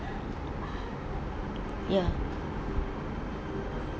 ya